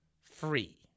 free